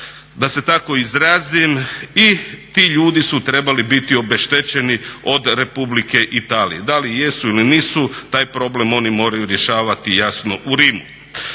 da se tako izrazim i ti ljudi su trebali biti obeštećeni od Republike Italije. Da li jesu ili nisu, taj problem oni moraju rješavati jasno u Rimu.